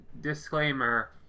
disclaimer